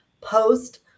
post